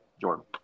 Jordan